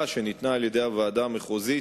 הסביבה ביום י"ד